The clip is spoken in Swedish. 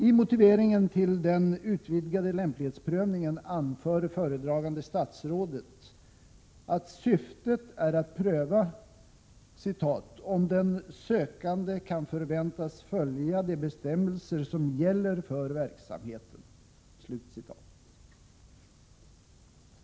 I motiveringen till den utvidgade lämplighetsprövningen anför föredragande statsrådet att syftet är att pröva ”om den sökande kan förväntas följa de bestämmelser som gäller för verksamheten”.